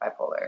bipolar